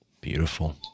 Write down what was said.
Beautiful